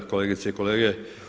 Kolegice i kolege.